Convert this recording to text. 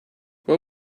what